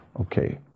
Okay